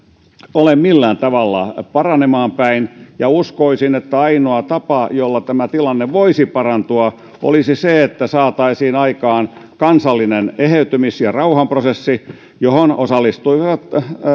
ole millään tavalla paranemaan päin ja uskoisin että ainoa tapa jolla tämä tilanne voisi parantua olisi se että saataisiin aikaan kansallinen eheytymis ja rauhanprosessi johon osallistuisivat